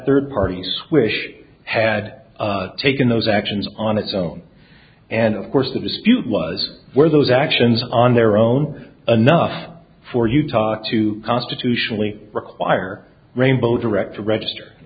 third party's wish had taken those actions on its own and of course the dispute was where those actions on their own anough for utah to constitutionally require rainbow direct to register